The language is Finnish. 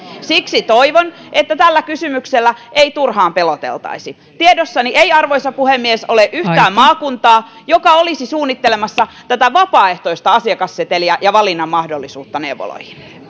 siksi toivon että tällä kysymyksellä ei turhaan peloteltaisi tiedossani ei arvoisa puhemies ole yhtään maakuntaa joka olisi suunnittelemassa tätä vapaaehtoista asiakasseteliä ja valinnan mahdollisuutta neuvoloihin